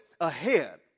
ahead